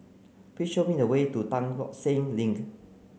please show me the way to Tan Tock Seng Link